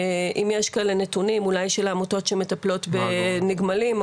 אם יש כאלה נתונים של העמותות שמטפלות בנגמלים.